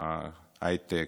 הייטק,